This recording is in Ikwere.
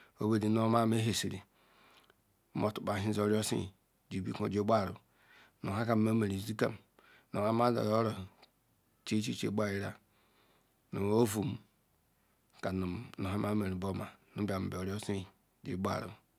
Ogbedi nu obu ma nmehezi rum nmotakpaeh zara sue biko jie gbara nu hakam nme rum ezikam nu nha ma laru oro chiechie gbayira nu ovum nkamnu nha memera buoma nblara bla agrosue jie gbaru